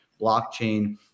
blockchain